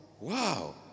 wow